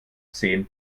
zehn